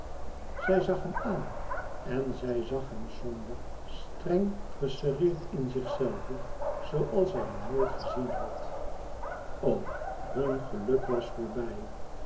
zij zag hem aan en zij zag hem somber streng geserreerd in zichzelven zooals zij hem nooit gezien had o hun geluk was voorbij